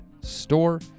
store